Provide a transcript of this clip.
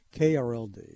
KRLD